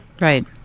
Right